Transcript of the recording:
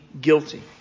guilty